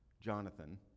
Jonathan